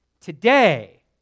today